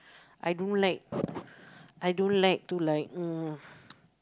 I don't like I don't like to like mm